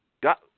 Got